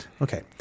Okay